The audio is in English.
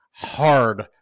Hard